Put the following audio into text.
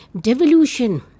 Devolution